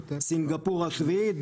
סינגפור השביעית,